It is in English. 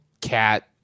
cat